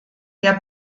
der